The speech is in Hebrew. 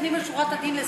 לפנים משורת הדין,